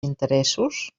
interessos